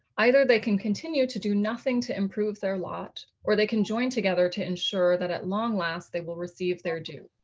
either they can continue to do nothing to improve their lot or they can join together to ensure that at long last they will receive their due.